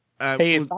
Hey